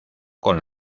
con